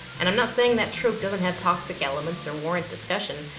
and i'm not saying that trope doesn't have toxic elements or warrant discussion,